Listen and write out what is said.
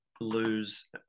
lose